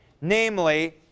Namely